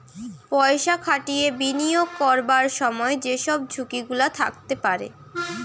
পয়সা খাটিয়ে বিনিয়োগ করবার সময় যে সব ঝুঁকি গুলা থাকতে পারে